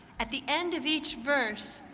at the end of each verse,